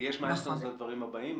יש Milestones לדברים הבאים?